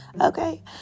Okay